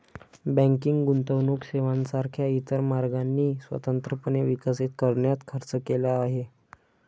banking गुंतवणूक सेवांसारख्या इतर मार्गांनी स्वतंत्रपणे विकसित करण्यात खर्च केला आहे